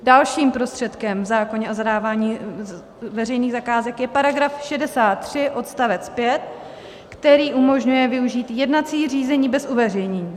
Dalším prostředkem v zákoně o zadávání veřejných zakázek je § 63 odst. 5, který umožňuje využít jednací řízení bez uveřejnění.